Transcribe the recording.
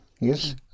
yes